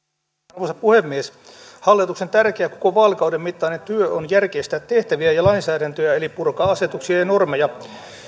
arvoisa puhemies hallituksen tärkeä koko vaalikauden mittainen työ on järkeistää tehtäviä ja lainsäädäntöä eli purkaa asetuksia ja ja normeja